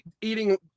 eating